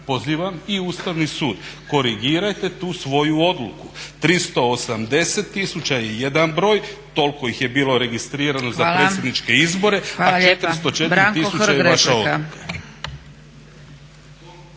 pozivam i Ustavni sud korigirajte tu svoju odluku. 380 tisuća je jedan broj, toliko ih je bilo registrirano za predsjedničke izbore, a 404 tisuće je vaša odluka.